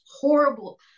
horrible